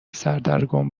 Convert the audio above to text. سردرگم